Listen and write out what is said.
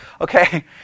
Okay